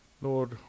Lord